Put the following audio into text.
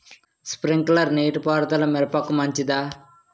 Sprinkler నీటిపారుదల మిరపకు మంచిదా?